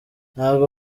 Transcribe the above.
ntabwo